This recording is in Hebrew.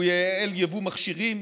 הוא ייעל יבוא מכשירים,